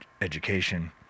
education